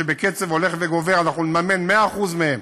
שבקצב הולך וגובר נממן 10% מהם